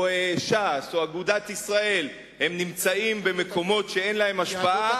ש"ס או אגודת ישראל נמצאים במקומות שבהם אין להם השפעה,